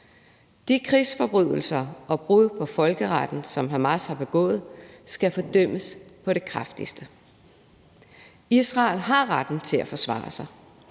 De krigsforbrydelser og brud på folkeretten, som Hamas har begået, skal fordømmes på det kraftigste. Israel har retten til at forsvare sig.